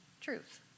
truth